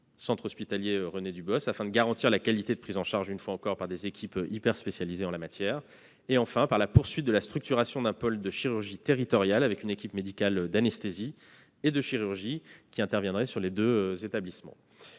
centre hospitalier René-Dubos, afin de garantir la qualité de prise en charge par des équipes hyperspécialisées et la poursuite de la structuration d'un pôle de chirurgie territoriale avec une équipe médicale d'anesthésie et de chirurgie qui interviendra sur les deux établissements.